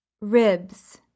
ribs